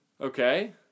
Okay